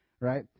Right